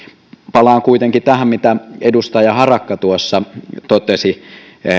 palaan kuitenkin tähän mitä edustaja harakka tuossa totesi